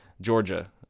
Georgia